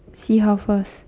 see how first